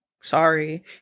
sorry